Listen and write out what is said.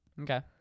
okay